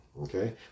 okay